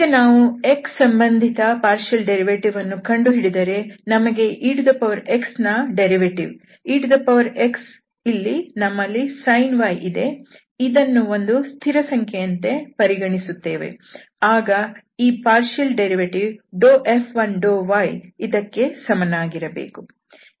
ಈಗ ನಾವು x ಸಂಬಂಧಿತ ಭಾಗಶಃ ಉತ್ಪನ್ನ ವನ್ನು ಕಂಡುಹಿಡಿದರೆ ನಮಗೆ exನ ಉತ್ಪನ್ನ ex ಇಲ್ಲಿ ನಮ್ಮಲ್ಲಿ sin y ಇದೆ ಇದನ್ನು ಒಂದು ಸ್ಥಿರಸಂಖ್ಯೆಯಂತೆ ಪರಿಗಣಿಸುತ್ತೇವೆ ಆಗ ಈ ಭಾಗಶಃ ಉತ್ಪನ್ನ F1∂yಇದಕ್ಕೆ ಸಮನಾಗಿರಬೇಕು